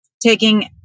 taking